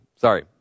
Sorry